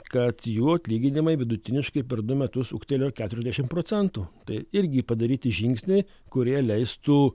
kad jų atlyginimai vidutiniškai per du metus ūgtelėjo keturiasdešimt procentų tai irgi padaryti žingsniai kurie leistų